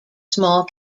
small